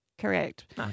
Correct